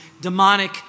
demonic